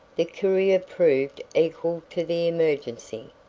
the courier proved equal to the emergency.